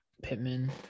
Pittman